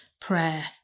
Prayer